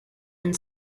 and